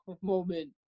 moment